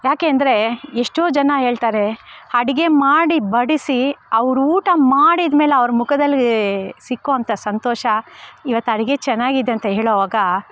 ಏಕೆ ಅಂದರೆ ಎಷ್ಟೋ ಜನ ಹೇಳ್ತಾರೆ ಅಡುಗೆ ಮಾಡಿ ಬಡಿಸಿ ಅವರು ಊಟ ಮಾಡಿದಮೇಲೆ ಅವ್ರ ಮುಖದಲ್ಲಿ ಸಿಗೋವಂಥ ಸಂತೋಷ ಇವತ್ತು ಅಡುಗೆ ಚೆನ್ನಾಗಿದೆ ಅಂತ ಹೇಳುವಾಗ